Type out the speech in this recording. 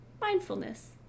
mindfulness